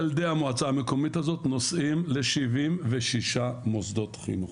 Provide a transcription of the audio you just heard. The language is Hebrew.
ילדי המועצה המקומית הזאת נוסעים ל-76 מוסדות חינוך.